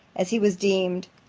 as he was deemed,